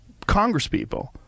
congresspeople